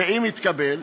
אם יתקבל,